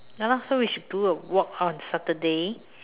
ya lah so we should do a walk on Saturday